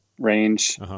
Range